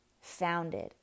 founded